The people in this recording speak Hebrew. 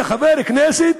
כחבר כנסת,